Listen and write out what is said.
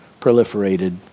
proliferated